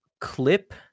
clip